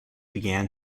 began